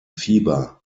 fieber